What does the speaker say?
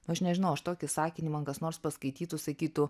aš nežinau už tokį sakinį man kas nors paskaitytų sakytų